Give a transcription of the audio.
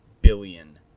billion